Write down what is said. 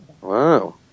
Wow